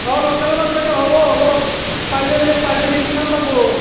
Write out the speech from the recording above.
অঁ লোকেল মাছ বাইদেউ হ'ব হ'ব পাই যাবি বাইদেউ পাই যাবি কিমান লাগবো